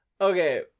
Okay